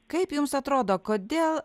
kaip jums atrodo kodėl